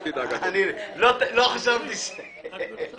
אל תדאג, אדוני.